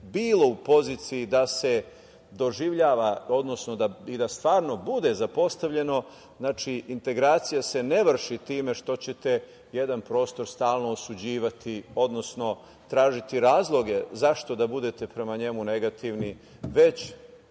bilo u poziciji da se doživljava, odnosno da stvarno bude zapostavljeno, znači integracije se ne vrši time što ćete jedan prostor stalno osuđivati, odnosno tražiti razloge zašto da budete prema njemu negativni, već